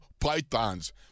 pythons